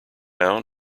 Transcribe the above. town